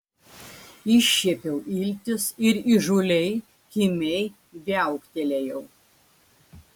iššiepiau iltis ir įžūliai kimiai viauktelėjau